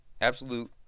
Absolute